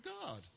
God